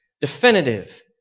Definitive